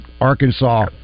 Arkansas